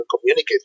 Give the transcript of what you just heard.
communicate